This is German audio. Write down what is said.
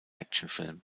actionfilm